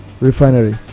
refinery